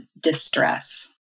distress